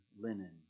linen